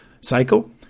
cycle